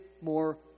more